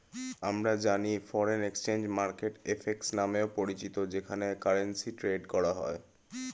আমরা জানি foreign exchange market FX নামেও পরিচিত যেখানে কারেন্সি ট্রেড করা হয়